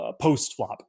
post-flop